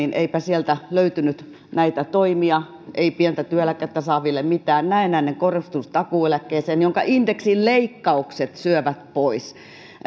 eipä sieltä löytynyt näitä toimia ei pientä työeläkettä saaville mitään näennäinen korotus takuueläkkeeseen jonka indeksinleikkaukset syövät pois